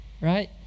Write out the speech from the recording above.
right